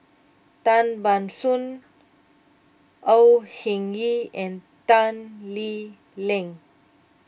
Tan Ban Soon Au Hing Yee and Tan Lee Leng